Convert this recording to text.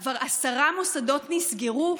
כבר עשרה מוסדות נסגרו,